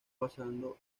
pasando